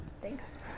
Thanks